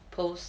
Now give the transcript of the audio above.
post